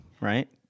right